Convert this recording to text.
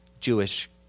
Jewish